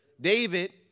David